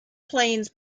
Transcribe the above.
plains